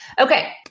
Okay